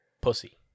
pussy